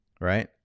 right